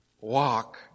walk